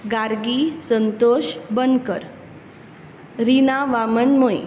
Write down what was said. Gargi Santosh Bankar Reena Waman Moye